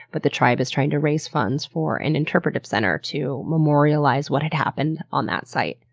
but the tribe is trying to raise funds for an interpretive center to memorialize what had happened on that site.